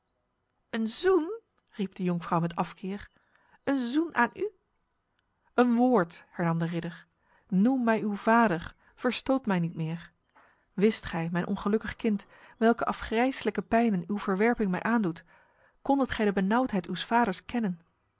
een zoen riep de jonkvrouw met afkeer een zoen aan u een woord hernam de ridder noem mij uw vader verstoot mij niet meer wist gij mijn ongelukkig kind welke afgrijselijke pijnen uw verwerping mij aandoet kondet gij de benauwdheid uws vaders kennen